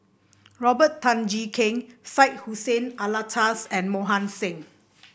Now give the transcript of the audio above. Robert Tan Jee Keng Syed Hussein Alatas and Mohan Singh